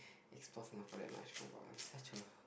explore Singapore that much oh-my-god I'm such a